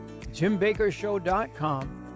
jimbakershow.com